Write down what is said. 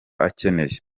akeneye